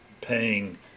paying